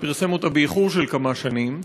הוא פרסם אותה באיחור של כמה שנים.